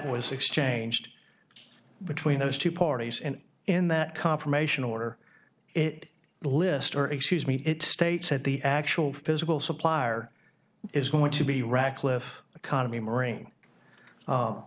was exchanged between those two parties and in that confirmation order it list or excuse me it states that the actual physical supplier is going to be rachleff economy marine